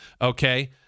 okay